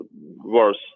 worse